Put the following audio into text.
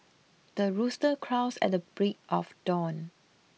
the rooster crows at the break of dawn